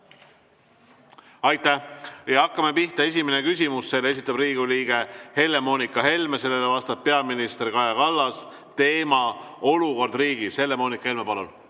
Aitäh! Hakkame pihta. Esimene küsimus. Selle esitab Riigikogu liige Helle-Moonika Helme, sellele vastab peaminister Kaja Kallas ja teema on olukord riigis. Helle‑Moonika Helme, palun!